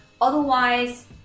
otherwise